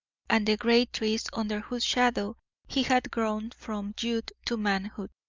and the great trees under whose shadow he had grown from youth to manhood,